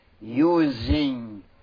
using